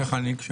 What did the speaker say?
כפי